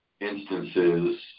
instances